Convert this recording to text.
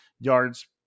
yards